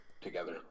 together